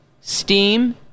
Steam